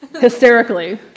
hysterically